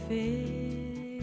see